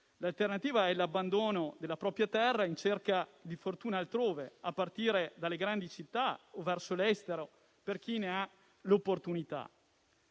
L'alternativa è l'abbandono della propria terra in cerca di fortuna altrove, a partire dalle grandi città o verso l'estero per chi ne ha l'opportunità.